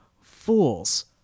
fools